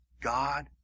god